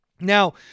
Now